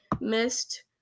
missed